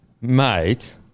Mate